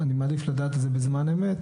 אני מעדיף לדעת את זה בזמן אמת,